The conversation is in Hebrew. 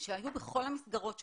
שהיו בכל המסגרות שלנו,